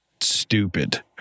stupid